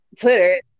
Twitter